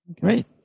Great